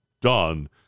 done